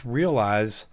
realize